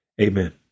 Amen